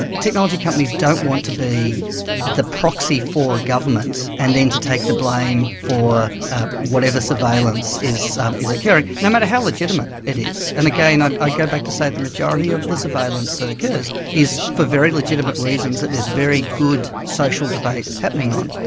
and technology companies don't want to be the proxy for government and then to take the blame for whatever surveillance is is occurring, the matter how legitimate it is. and again, ah i go back to say the majority of the surveillance that occurs is for very legitimate reasons that there is very good social debate happening on.